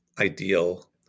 ideal